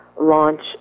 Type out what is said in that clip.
launch